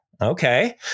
Okay